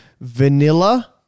vanilla